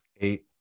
Eight